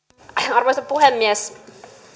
arvoisa puhemies